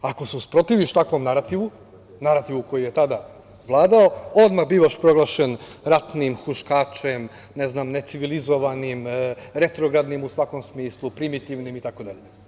Ako se usprotiviš takvom narativu, narativu koji je tada vladao, odmah bivaš proglašen ratnim huškačem, ne znam, necivilizovanim, retrogradnim u svakom smislu, primitivnim itd.